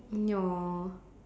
no